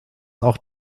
auch